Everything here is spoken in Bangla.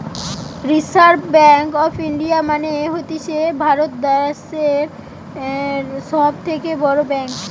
রিসার্ভ ব্যাঙ্ক অফ ইন্ডিয়া মানে হতিছে ভারত দ্যাশের সব থেকে বড় ব্যাঙ্ক